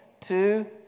two